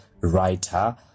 writer